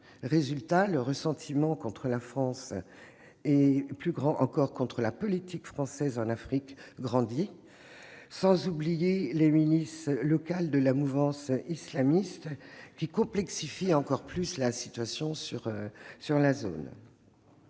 Résultat : le ressentiment contre la France et, plus encore, contre la politique française en Afrique grandit, sans oublier que des milices locales de la mouvance islamiste complexifient encore davantage la situation dans cette zone.